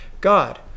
God